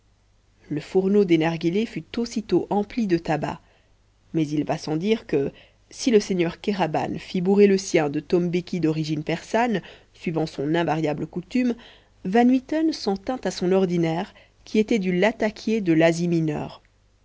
le fourneau des narghilés fut aussitôt empli de tabac mais il va sans dire que si le seigneur kéraban fit bourrer le sien de tombéki d'origine persane suivant son invariable coutume van mitten s'en tint à son ordinaire qui était du latakié de l'asie mineure